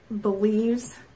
believes